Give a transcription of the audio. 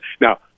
Now